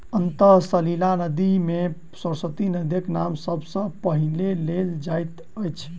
अंतः सलिला नदी मे सरस्वती नदीक नाम सब सॅ पहिने लेल जाइत अछि